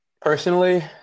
Personally